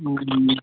অঁ